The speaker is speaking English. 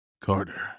Carter